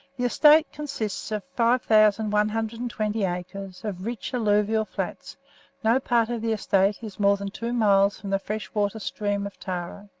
the estate consists of five thousand one hundred and twenty acres of rich alluvial flats no part of the estate is more than two miles from the freshwater stream of tarra.